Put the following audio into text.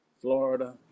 Florida